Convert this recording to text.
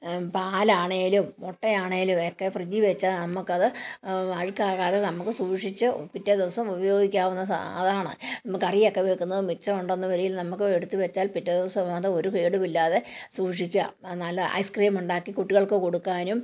പാൽ ആണെങ്കിലും മുട്ടയാണെങ്കിലും ഒക്കെ ഫ്രിഡ്ജില് വെച്ചാല് നമുക്ക് അത് അഴുക്കാകാതെ നമുക്ക് സൂക്ഷിച്ച് പിറ്റേ ദിവസം ഉപയോഗിക്കാവുന്ന സാധനമാണ് നമുക്ക് കറിയൊക്കെ വെയ്ക്കുന്നത് മിച്ചം ഉണ്ടെന്ന് വരികിൽ നമുക്ക് എടുത്തു വെച്ചാല് പിറ്റേ ദിവസം അത് ഒരു കേടും ഇല്ലാതെ സൂക്ഷിക്കാം അത് നല്ലതാണ് ഐസ് ക്രീം ഉണ്ടാക്കി കുട്ടികള്ക്ക് കൊടുക്കാനും